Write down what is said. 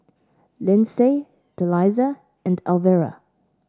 Lindsay Delisa and Elvira